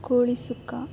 ಕೋಳಿ ಸುಕ್ಕ